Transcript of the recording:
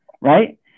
right